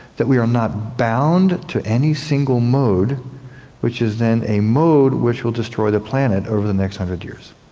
that we are not bound to any single mode which is then a mode which will destroy the planet over the next one hundred years,